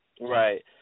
Right